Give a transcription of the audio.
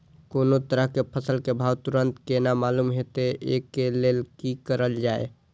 कोनो तरह के फसल के भाव तुरंत केना मालूम होते, वे के लेल की करल जाय?